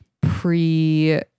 pre